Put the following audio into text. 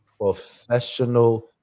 professional